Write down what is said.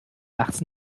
nachts